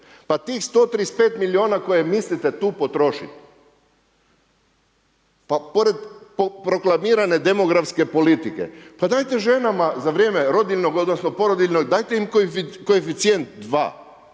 Pa tih 135 milijuna koje mislite tu potrošit pa pored proklamirane demografske politike pa dajte ženama za vrijeme rodiljnog, odnosno porodiljnog, dajte im koeficijent